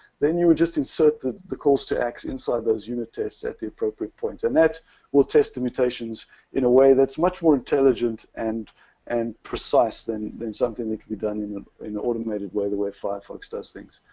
then you would just insert the the course to axe inside those unit tests at the appropriate point. and that will test the mutations in a way that's much more intelligent and and precise than something that could be done in an automated way, the way firefox does things.